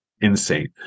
insane